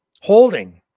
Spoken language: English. holding